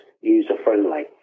user-friendly